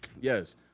yes